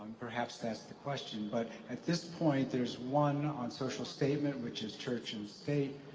perhaps that's the question, but at this point, there's one on social statement, which is church and state,